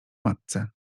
matce